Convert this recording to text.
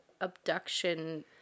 abduction